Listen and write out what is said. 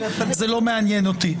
זה לא מעניין אותי".